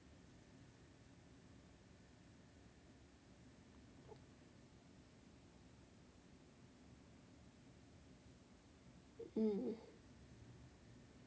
mm